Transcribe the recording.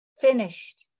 finished